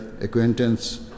acquaintance